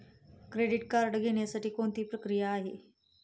Credit card घेण्यासाठी कोणती प्रक्रिया आहे?